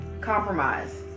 compromise